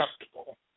acceptable